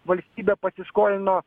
valstybė pasiskolino